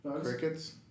crickets